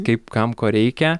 kaip kam ko reikia